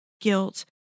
guilt